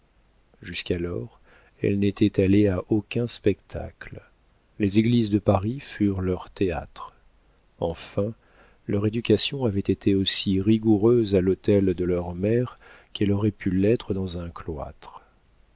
jusqu'alors elles n'étaient allées à aucun spectacle les églises de paris furent leurs théâtres enfin leur éducation avait été aussi rigoureuse à l'hôtel de leur mère qu'elle aurait pu l'être dans un cloître